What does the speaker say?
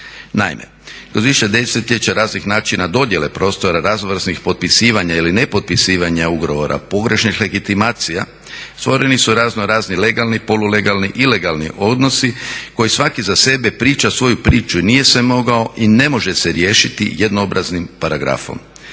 Naime, kroz više desetljeća raznih načina dodjele prostora, raznovrsnih potpisivanja ili nepotpisivanja ugovora, pogrešni legitimacija stvoreni su raznorazni legalni, polulegalni, ilegalni odnosi koji za svaki za sebe priča svoju priču i nije se mogao i ne može se riješiti jednoobraznim paragrafom.